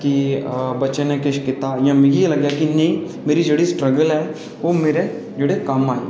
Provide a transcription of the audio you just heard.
कि बच्चे ने किश कीता मिगी एह् लग्गेआ कि नेईं मेरी जेह्ड़ी स्ट्रगल ऐ ओह् मेरे कम्म आई